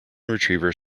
retriever